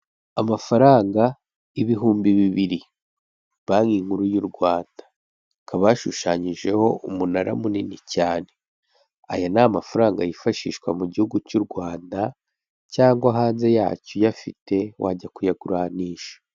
Amafaranga ibihumbi bibiri, Banki nkuru y'u Rwanda hakaba hashushanyijeho umunara munini cyane, aya ni amafaranga yifashishwa mu Gihugu cy'u Rwanda cyangwa hanze yacyo uyafite wajya kuyaguranisha.